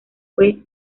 fue